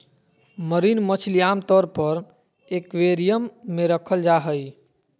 marine मछली आमतौर पर एक्वेरियम मे रखल जा हई